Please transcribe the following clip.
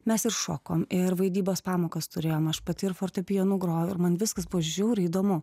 mes ir šokom ir vaidybos pamokas turėjom aš pati ir fortepijonu grojau ir man viskas bus žiauriai įdomu